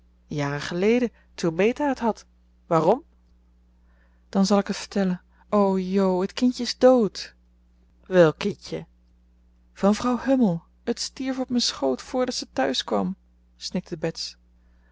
jaren geleden toen meta het had waarom dan zal ik het vertellen o jo het kindje is dood welk kindje van vrouw hummel het stierf op mijn schoot voordat ze thuiskwam snikte bets